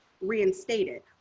reinstated